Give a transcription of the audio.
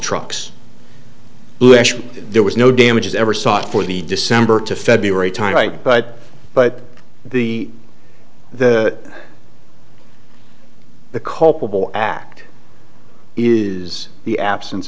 trucks there was no damages ever sought for the december to february time right but but the that the culpable act is the absence